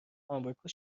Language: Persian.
آمریکا